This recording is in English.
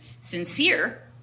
sincere